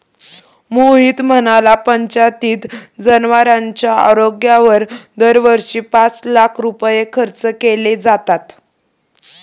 मोहित म्हणाला, पंचायतीत जनावरांच्या आरोग्यावर दरवर्षी पाच लाख रुपये खर्च केले जातात